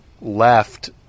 left